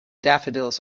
daffodils